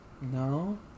No